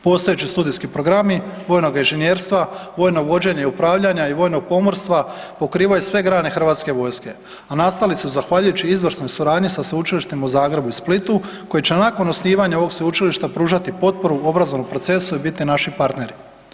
Postojeći studijski programi vojnoga inženjerstva, vojnog vođenja i upravlja i vojnog pomorstva pokrivaju sve grane hrvatske vojske, a nastali su zahvaljujući izvrsnoj suradnji sa sveučilištem u Zagrebu i Splitu koji će nakon osnivanja ovo sveučilišta pružati potporu obrazovnom procesu i biti naši partneri.